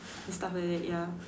and stuff like that ya